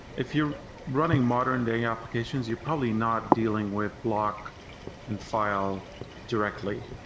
if you're running modern-day applications, you're probably not dealing with block and file directly.